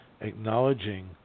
acknowledging